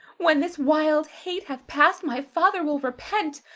when this wild hate hath passed, my father will repent.